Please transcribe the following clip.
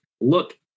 Look